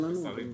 לשרים.